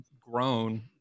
grown